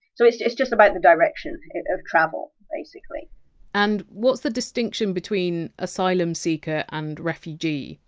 so it is just about the direction of travel basically and what! s the distinction between! asylum seeker! and! refugee?